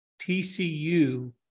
TCU